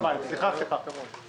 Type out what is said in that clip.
סליחה, רשות המים.